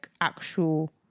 actual